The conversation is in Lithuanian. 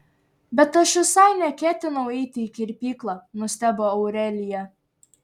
bet aš visai neketinau eiti į kirpyklą nustebo aurelija